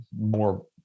more